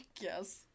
Yes